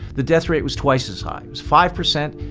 the death rate was twice as high as five percent.